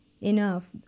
enough